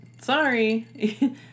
sorry